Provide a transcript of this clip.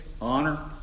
honor